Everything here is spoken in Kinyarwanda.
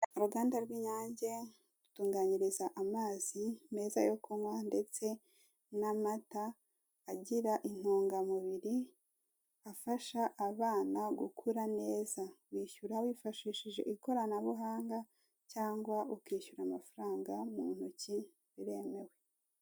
Uruganda rw'inyange rutunganyiriza rutunganyiriza amazi meza yo kunywa ndeste n'amata agira intungamubiri afasaha abana gukura neza wishyura wifashishije ikoranabuhanga cyangwa ukishyura amafaranga mu ntoki biremewe.